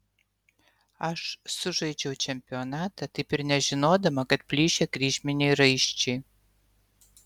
aš sužaidžiau čempionatą taip ir nežinodama kad plyšę kryžminiai raiščiai